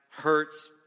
hurts